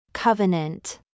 Covenant